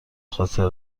خاطره